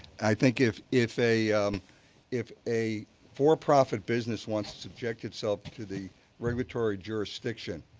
i think if if a if a for profit business wants to subject itself to the regulatory jurisdiction,